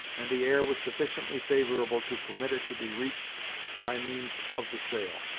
and the air was sufficiently favorable to permit it to be reached by means of the sail.